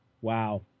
Wow